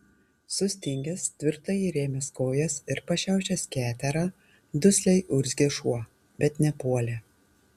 sustingęs tvirtai įrėmęs kojas ir pašiaušęs keterą dusliai urzgė šuo bet nepuolė